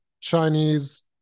Chinese